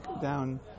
down